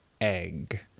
egg